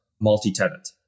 multi-tenant